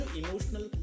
emotional